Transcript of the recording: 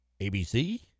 abc